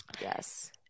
Yes